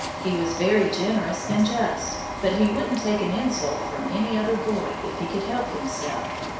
he was very generous and just but he wouldn't take an insult from any other boy if he could help himself.